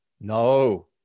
No